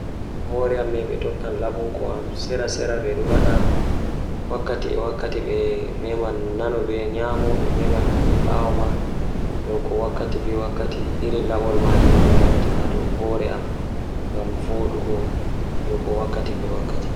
Jokkondir hair ngal e sabu so tawii njiddaade style. Waawataa waɗtude hair ngal ngam holla toowde kaŋko, miɗo hokkondir gel walla mousse ngam fittaade. Jokkondir balɗe e sabu ko ɓuri sabu nguurndam ngal. Nde njiddaade hair ngal ngam sabu ko waawataa njiddaade style.